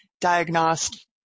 diagnosed